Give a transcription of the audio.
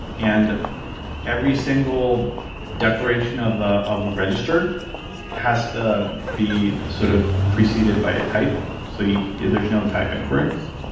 and every single declaration of ah of a register has to be sort of preceded by a type, so yeah there's no type inference.